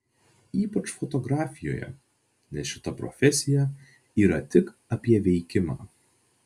ypač fotografijoje nes šita profesija yra tik apie veikimą